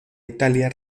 italia